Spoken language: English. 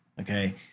okay